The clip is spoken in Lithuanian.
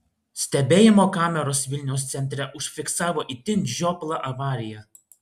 stebėjimo kameros vilniaus centre užfiksavo itin žioplą avariją